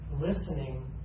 listening